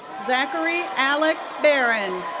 zachary alec barron.